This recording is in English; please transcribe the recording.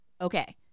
Okay